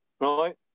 Right